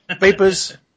Papers